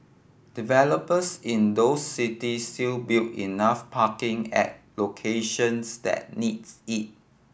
developers in those cities still build enough parking at locations that needs it